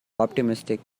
optimistic